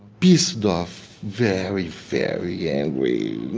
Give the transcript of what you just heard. pissed off very, very angry.